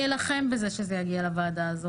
אני אלחם על זה שזה יגיע לוועדה הזו.